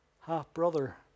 half-brother